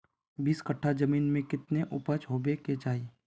बीस कट्ठा जमीन में कितने उपज होबे के चाहिए?